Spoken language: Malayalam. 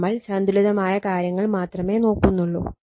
നമ്മൾ സന്തുലിതമായ കാര്യങ്ങൾ മാത്രമേ നോക്കുന്നൊള്ളു